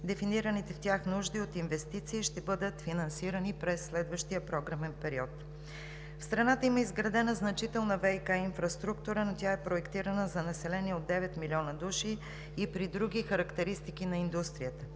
Дефинираните в тях нужди от инвестиции ще бъдат финансирани през следващия програмен период. В страната има изградена значителна ВиК инфраструктура, но тя е проектирана за население от девет милиона души и при други характеристики на индустрията.